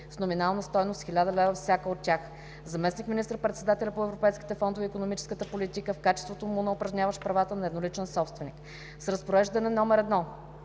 с номинална стойност 1000 лева всяка от тях от Заместник министър-председателят по европейските фондове и икономическата политика, в качеството му на упражняващ правата на едноличния собственик. С Разпореждане № 1